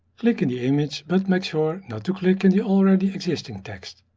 click in the image but make sure not to click in the already existing text.